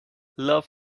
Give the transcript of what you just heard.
love